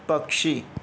पक्षी